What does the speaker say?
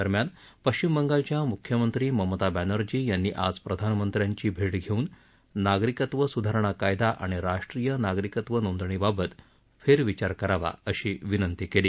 दरम्यान पश्चिम बंगालच्या मुख्यमंत्री ममता बॅनर्जी यांनी आज प्रधानमंत्र्यांची भेट घेऊन नागरिकत्व सुधारणा कायदा आणि राष्ट्रीय नागरिकत्व नोंदणीबाबत फेरविचार करावा अशी विनंती केली